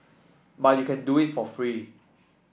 but you can do it for free